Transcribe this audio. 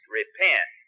repent